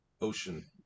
ocean